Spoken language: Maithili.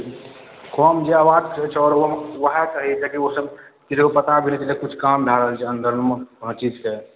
कम जे आवाज छै से आओर ओ उएह कहय लेल कि ओसभ किछो बता देलखिन हेँ जे किछु काम भए रहल छै अन्दरमे कोइ चीजके